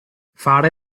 fare